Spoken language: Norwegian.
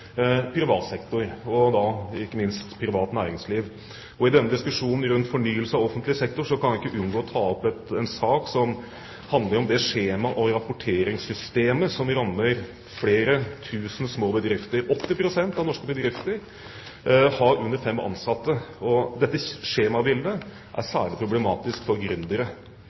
privat sektor og da ikke minst for privat næringsliv. I denne diskusjonen rundt fornyelse av offentlig sektor kan jeg ikke unngå å ta opp en sak som handler om det skjema- og rapporteringssystemet som rammer flere tusen små bedrifter. 80 pst. av norske bedrifter har under fem ansatte, og dette skjemaveldet er særlig problematisk for